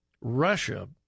Russia